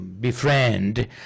befriend